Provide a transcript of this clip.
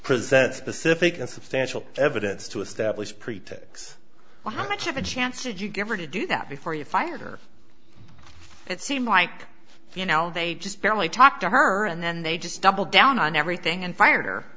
present specific and substantial evidence to establish pretax how much of a chance did you give her to do that before you fire it seemed like you know they just barely talk to her and then they just double down on everything and fire